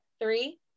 Three